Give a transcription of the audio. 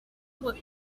what